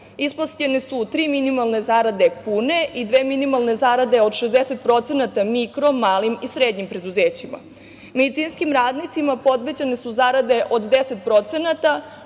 Ispostavljene su tri minimalne zarade pune i dve minimalne zarade od 60% mikro, malim i srednjim preduzećima. Medicinskim radnicima povećane su zarade od 10%,